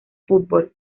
fútbol